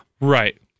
right